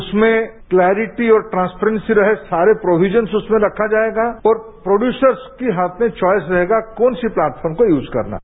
उसमें क्लेयरिटी और ट्रांसपेरेंसी सहित सारे प्रोविजन उसमें रखा जाएगा और प्रोडयूसर्स की हाथ में च्वाइस रहेगा कौन से प्लेटफॉर्म को यूज करना है